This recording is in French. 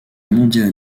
mondiale